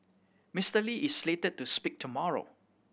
Mister Lee is slated to speak tomorrow